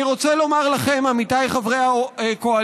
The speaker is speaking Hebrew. אני רוצה לומר לכם, עמיתיי חברי הקואליציה,